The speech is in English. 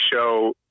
show